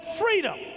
freedom